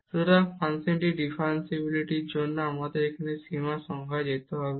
সুতরাং এই ফাংশনের ডিফারেনশিবিলিটির জন্য আমাদের এখন এই সীমা সংজ্ঞায় যেতে হবে